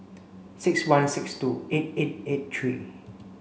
six one six two eight eight eight three